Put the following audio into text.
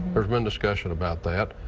there's been discussion about that.